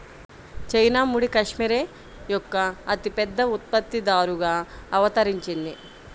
China ముడి cashmere యొక్క అతిపెద్ద ఉత్పత్తిదారుగా అవతరించింది